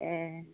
एह